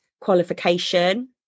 qualification